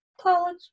College